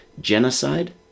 genocide